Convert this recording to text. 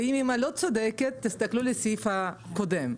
ואם אימא לא צודקת, תסתכלו בסעיף הקודם.